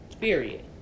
Period